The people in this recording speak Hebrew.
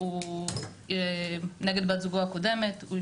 כנגד בת זוגו הקודמת,